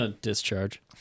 discharge